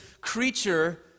creature